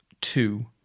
Two